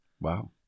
Wow